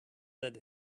said